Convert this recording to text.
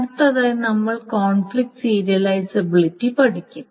അടുത്തതായി നമ്മൾ conflict serializability പഠിക്കും